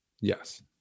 Yes